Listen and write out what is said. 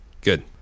good